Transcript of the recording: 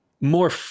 more